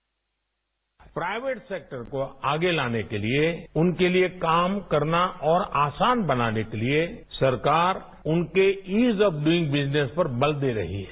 bite private sector को आगे लाने के लिए उनके लिए काम करना और आसान बनाने के लिए ये सरकार उनके इज ऑफ डूइंग बिजनेस पर बल दे रही है